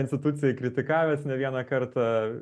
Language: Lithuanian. institucijai kritikavęs ne vieną kartą